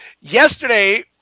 yesterday